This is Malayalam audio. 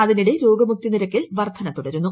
അതിനിടെ രോഗമുക്തി നിരക്കിൽ വർദ്ധന തുടരുന്നു